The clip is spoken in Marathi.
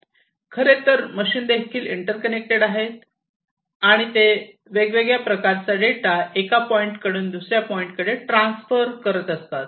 खरे तर मशीन देखील इंटर्कनेक्टेड आहेत आणि ते वेगवेगळ्या प्रकारचा डेटा एका पॉइंट कडून दुसऱ्या पॉईंटकडे ट्रान्सफर करत असतात